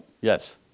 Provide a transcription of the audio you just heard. Yes